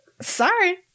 sorry